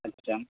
আচ্ছা